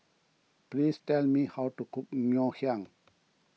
please tell me how to cook Ngoh Hiang